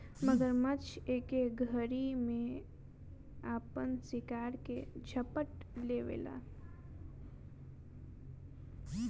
मगरमच्छ एके घरी में आपन शिकार के झपट लेवेला